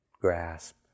grasp